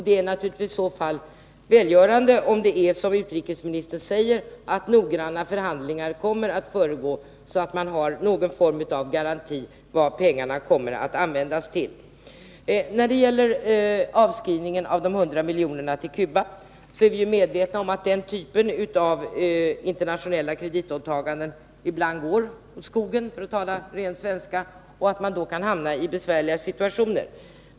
Det är i så fall välgörande om det är som utrikesministern säger, dvs. att noggranna förhandlingar kommer att föregå detta så att man har någon form av garanti för vad pengarna kommer att användas till. Beträffande avskrivningen av de 100 milj.kr.norna till Cuba är vi medvetna om att den typen av internationella kreditåtaganden ibland går åt skogen, för att tala ren svenska, och att man då kan hamna i besvärliga situationer.